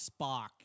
Spock